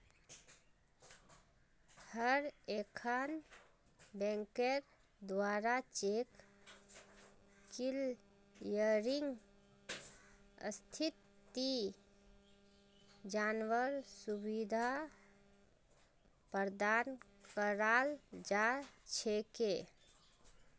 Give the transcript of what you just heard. हर एकखन बैंकेर द्वारा चेक क्लियरिंग स्थिति जनवार सुविधा प्रदान कराल जा छेक